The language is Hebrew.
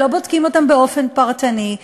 לא בודקים אותם באופן פרטני,